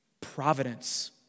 Providence